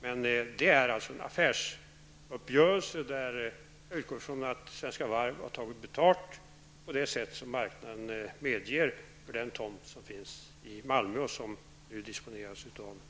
Det rör sig alltså om en affärsuppgörelse och jag utgår ifrån att Svenska varv har tagit betalt på det sätt som marknaden medger för den tomt som finns i Malmö och som nu disponeras av Saab.